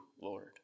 Lord